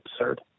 absurd